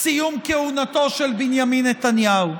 סיום כהונתו של בנימין נתניהו.